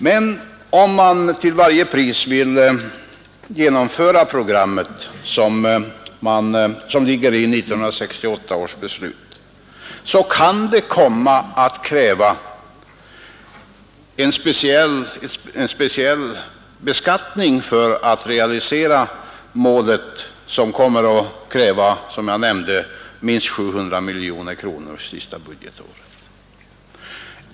Men om man till varje pris vill genomföra det i 1968 års beslut angivna programmet, kan det härför komma att krävas en speciell beskattning på, som jag nämnde, minst 700 miljoner kronor för det sista budgetåret.